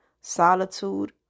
solitude